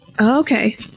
Okay